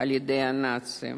על-ידי הנאצים